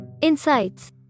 Insights